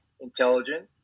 intelligent